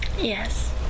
Yes